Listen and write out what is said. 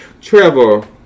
Trevor